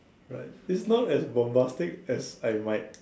right it's not as bombastic as I might